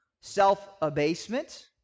self-abasement